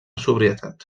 sobrietat